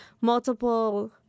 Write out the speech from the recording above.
multiple